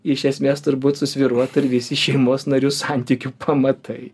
iš esmės turbūt susvyruotų ir visi šeimos narių santykių pamatai